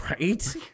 right